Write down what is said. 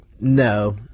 No